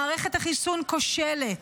מערכת החיסון כושלת.